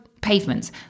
pavements